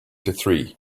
three